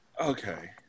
Okay